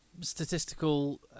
statistical